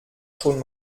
schon